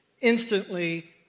instantly